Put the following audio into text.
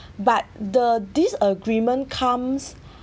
but the disagreement comes